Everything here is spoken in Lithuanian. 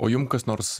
o jum kas nors